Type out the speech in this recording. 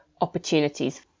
opportunities